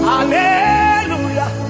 Hallelujah